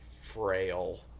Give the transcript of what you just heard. Frail